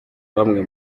bamwe